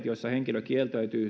joissa henkilö kieltäytyy